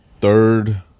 third